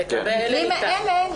במקרים האלה,